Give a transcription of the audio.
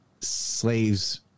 slaves